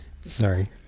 Sorry